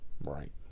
right